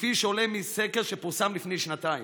כפי שעולה מסקר שפורסם לפני שנתיים.